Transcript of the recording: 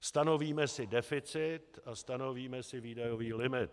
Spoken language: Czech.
Stanovíme si deficit a stanovíme si výdajový limit.